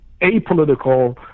apolitical